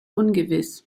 ungewiss